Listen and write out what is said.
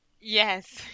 yes